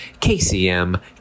kcm